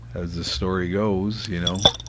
as the story goes, you know